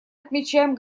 отмечаем